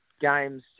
games